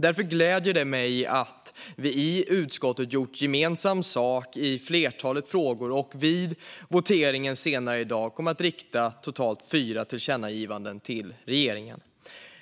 Därför gläder det mig att vi i utskottet gjort gemensam sak i flertalet frågor och vid voteringen senare i dag kommer att rikta totalt fyra tillkännagivanden till regeringen.